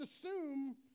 assume